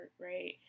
right